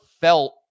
felt